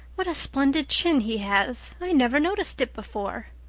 what a splendid chin he has! i never noticed it before.